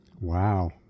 wow